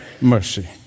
mercy